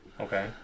Okay